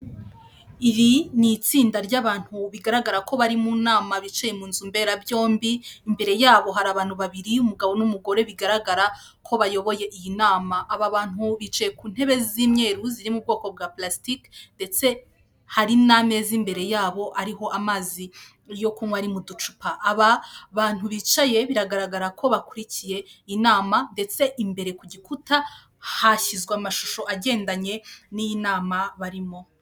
Iri ni itsinda ry'abantu bigaragara ko bari mu nama bicaye mu nzu mberabyombi. Imbere yabo hari abantu babiri umugabo n'umugore bigaragara ko bayoboye iyi nama. Aba bantu bicaye ku ntebe z'imyeru ziri mu bwoko bwa purasitiki ndetse hari n'ameza imbere yabo ariho amazi yo kunywa ari mu ducupa. Aba bantu bicaye biragaragara ko bakurikiye iyi inama ndetse imbere ku gikuta hashyizwe amashusho agendanye n'iyi nama barimo.